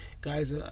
guys